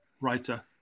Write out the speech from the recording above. writer